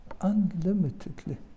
unlimitedly